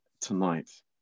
tonight